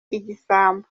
igisambo